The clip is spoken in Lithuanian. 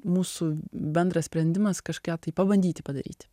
mūsų bendras sprendimas kažką tai pabandyti padaryti